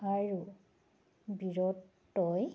আৰু বীৰত্বই